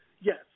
yes